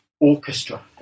orchestra